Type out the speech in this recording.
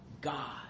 God